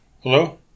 hello